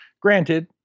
granted